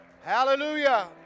Hallelujah